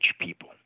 people